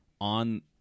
on